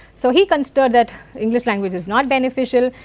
so he considered that english language is not beneficial.